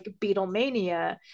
Beatlemania